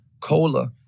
Cola